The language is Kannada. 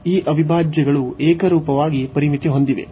ಈ ಅವಿಭಾಜ್ಯಗಳು ಏಕರೂಪವಾಗಿ ಪರಿಮಿತಿ ಹೊಂದಿವೆ